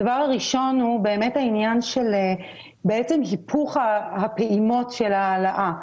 הדבר הראשון הוא בעצם הפוך הפעימות של ההעלאה.